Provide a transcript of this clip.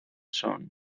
zone